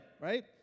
right